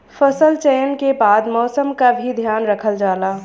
फसल चयन के बाद मौसम क भी ध्यान रखल जाला